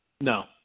No